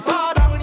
Father